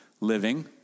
living